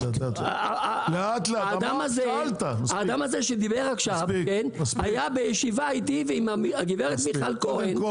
האדם הזה שדיבר עכשיו היה בישיבה איתי ועם הגברת מיכל כהן.